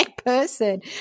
person